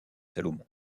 salomon